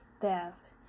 theft